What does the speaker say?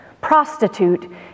prostitute